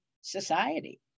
society